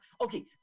okay